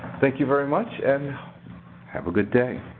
thank you very much and have a good day.